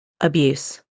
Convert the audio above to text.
abuse